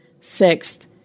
Sixth